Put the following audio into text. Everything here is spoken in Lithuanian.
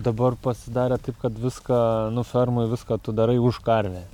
dabar pasidarę taip kad viską nu fermoj viską tu darai už karvę